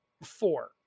Four